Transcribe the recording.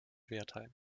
wertheim